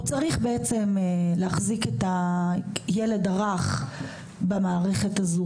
הוא צריך להחזיק את הילד הרך במערכת הזו,